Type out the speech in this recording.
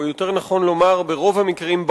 או יותר נכון לומר ברוב המקרים,